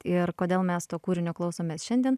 ir kodėl mes to kūrinio klausomės šiandien